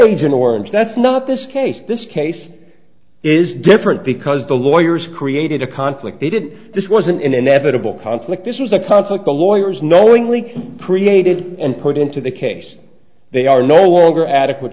an orange that's not this case this case is different because the lawyers created a conflict they did this was an inevitable conflict this was a conflict the lawyers knowingly created and put into the case they are no longer adequate